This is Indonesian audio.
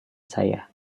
saya